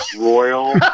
Royal